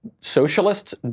Socialists